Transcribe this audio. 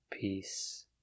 peace